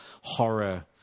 horror